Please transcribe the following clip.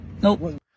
Nope